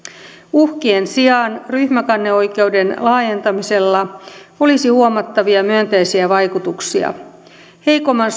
uhkien sijaan ryhmäkanneoikeuden laajentamisella olisi huomattavia myönteisiä vaikutuksia heikomman